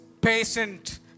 patient